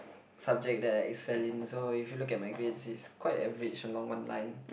subject that I excel in so if you look at my grades is quite average along one line